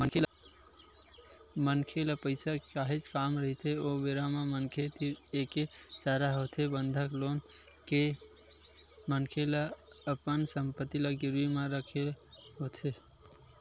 मनखे ल पइसा के काहेच काम रहिथे ओ बेरा म मनखे तीर एके चारा होथे बंधक लोन ले के मनखे ल अपन संपत्ति ल गिरवी म रखे बर होथे